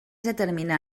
determina